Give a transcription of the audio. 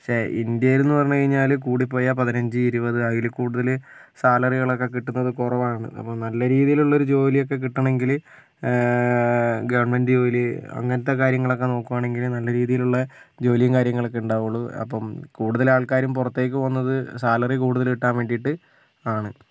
പക്ഷേ ഇന്ത്യയിലെന്നു പറഞ്ഞുകഴിഞ്ഞാൽ കൂടിപ്പോയാൽ പതിനഞ്ച് ഇരുപത് അതിൽ കൂടുതൽ സാലറികളൊക്കെ കിട്ടുന്നത് കുറവാണ് അപ്പോൾ നല്ല രീതിയിലുള്ള ഒരു ജോലിയൊക്കെ കിട്ടണമെങ്കിൽ ഗവൺമെൻ്റ് ജോലി അങ്ങനത്തെ കാര്യങ്ങളൊക്കെ നോക്കുവാണെങ്കിൽ നല്ല രീതിയിലുള്ള ജോലിയും കാര്യങ്ങളൊക്കെ ഉണ്ടാവുള്ളൂ അപ്പം കൂടുതലാൾക്കാരും പുറത്തേക്ക് പോകുന്നത് സാലറി കൂടുതൽ കിട്ടാൻ വേണ്ടീട്ട് ആണ്